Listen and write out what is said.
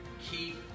Keep